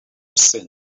since